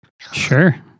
Sure